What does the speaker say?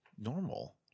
normal